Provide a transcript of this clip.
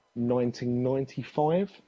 1995